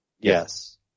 Yes